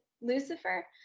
Lucifer